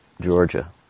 Georgia